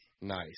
Nice